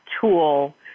tool